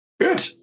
Good